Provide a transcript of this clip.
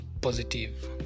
positive